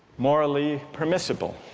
morally permissible.